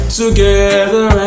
together